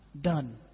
done